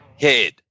head